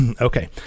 Okay